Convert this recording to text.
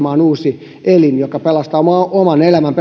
hakemaan uusi elin joka pelastaa oman oman elämän